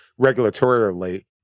regulatorily